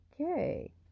okay